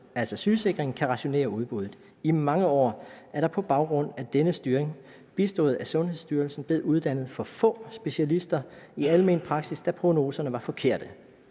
altså sygesikringen, kan rationere udbuddet. I mange år er der på baggrund af denne styring, bistået af Sundhedsstyrelsen, blevet uddannet for få specialister i almen praksis, da prognoserne var forkerte.